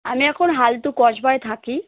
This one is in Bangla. আমি এখন হালতু কসবায় থাকি